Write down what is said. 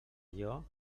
allò